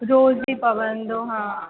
रोज़ ई पवंदो हा